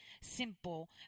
simple